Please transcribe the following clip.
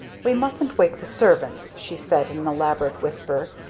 we mustn't wake the servants, she said in an elaborate whisper.